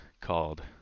called